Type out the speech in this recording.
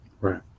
right